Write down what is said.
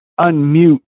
unmute